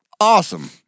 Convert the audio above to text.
awesome